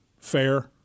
fair